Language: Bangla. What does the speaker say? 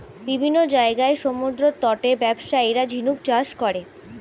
বিভিন্ন জায়গার সমুদ্রতটে ব্যবসায়ীরা ঝিনুক চাষ করে